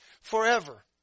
forever